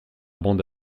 bande